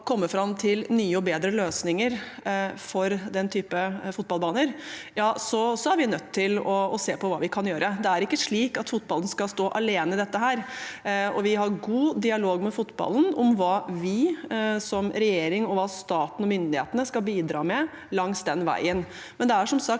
å komme fram til nye og bedre løsninger for den type fotballbaner, er vi nødt til å se på hva vi kan gjøre. Det er ikke slik at fotballen skal stå alene i dette. Vi har god dialog med fotballen om hva vi som regjering, staten og myndighetene skal bidra med langs den veien.